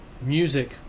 music